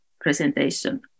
presentation